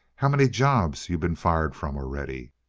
how many jobs you been fired from already?